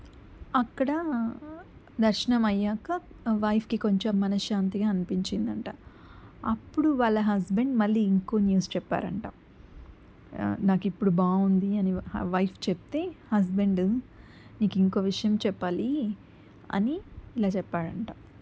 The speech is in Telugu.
అక్కడ దర్శనం అయ్యాక వైఫ్కి కొంచెం మనశ్శాంతిగా అనిపించిందంట అప్పుడు వాళ్ళ హస్బెండ్ మళ్ళీ ఇంకో న్యూస్ చెప్పారంట నాకిప్పుడు బాగుంది అని వైఫ్ చెప్తే హస్బెండు నీకు ఇంకో విషయం చెప్పాలి అని ఇలా చెప్పాడంట